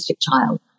child